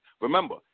Remember